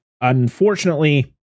Unfortunately